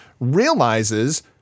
realizes